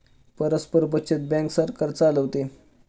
परस्पर बचत बँक सरकार चालवते